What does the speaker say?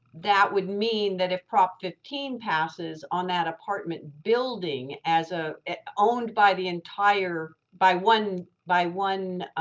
that would mean that if prop fifteen passes on that apartment building as a owned by the entire by one, by one,